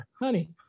Honey